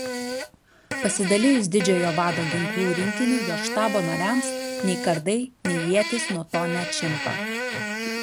pasidalijus didžiojo vado ginklų rinkinį jo štabo nariams nei kardai nei ietys nuo to neatšimpa